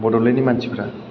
बड'लेण्डनि मानसिफ्रा